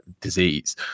disease